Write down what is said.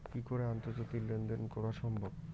কি করে আন্তর্জাতিক লেনদেন করা সম্ভব?